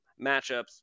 matchups